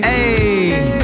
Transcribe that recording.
Hey